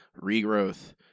Regrowth